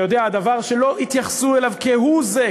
אתה יודע, דבר שלא התייחסו אליו כהוא-זה,